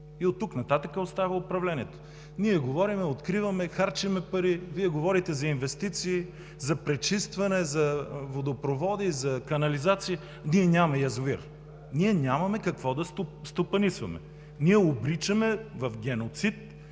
И оттук нататък остава управлението. Ние говорим, откриваме, харчим пари – Вие говорите за инвестиции, за пречистване, за водопроводи, за канализации, а ние нямаме язовир, ние нямаме какво да стопанисваме, ние обричаме в геноцид